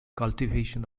cultivation